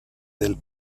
del